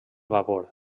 vapor